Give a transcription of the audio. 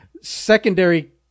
secondary